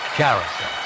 character